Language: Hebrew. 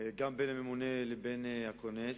גם בין הממונה לבין הכונס,